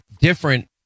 different